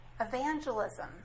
evangelism